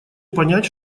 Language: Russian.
понять